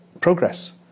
progress